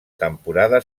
temporada